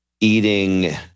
eating